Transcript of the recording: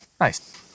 Nice